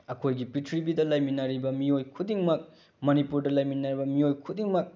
ꯑꯩꯈꯣꯏꯒꯤ ꯄ꯭ꯔꯤꯊꯤꯕꯤꯗ ꯂꯩꯃꯤꯟꯅꯔꯤꯕ ꯃꯤꯑꯣꯏ ꯈꯨꯗꯤꯡꯃꯛ ꯃꯅꯤꯄꯨꯔꯗ ꯂꯩꯃꯤꯟꯅꯔꯤꯕ ꯃꯤꯑꯣꯏ ꯈꯨꯗꯤꯡꯃꯛ